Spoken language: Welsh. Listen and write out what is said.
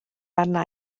arna